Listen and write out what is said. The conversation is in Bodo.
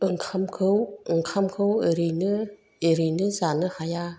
ओंखामखौ ओंखामखौ ओरैनो एरैनो जानो हाया